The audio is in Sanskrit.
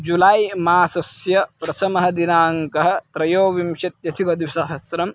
जुलै मासस्य प्रथमः दिनाङ्कः त्रयोविंशत्यधिकद्विसहस्रं